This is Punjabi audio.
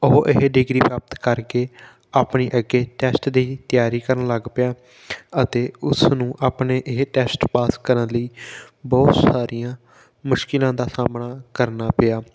ਉਹ ਇਹ ਡਿਗਰੀ ਪ੍ਰਾਪਤ ਕਰਕੇ ਆਪਣੀ ਅੱਗੇ ਟੈਸਟ ਦੀ ਤਿਆਰੀ ਕਰਨ ਲੱਗ ਪਿਆ ਅਤੇ ਉਸ ਨੂੰ ਆਪਣੇ ਇਹ ਟੈਸਟ ਪਾਸ ਕਰਨ ਲਈ ਬਹੁਤ ਸਾਰੀਆਂ ਮੁਸ਼ਕਿਲਾਂ ਦਾ ਸਾਹਮਣਾ ਕਰਨਾ ਪਿਆ